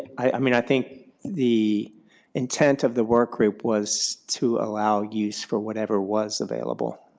i mean i think the intent of the work group was to allow use for whatever was available,